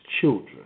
children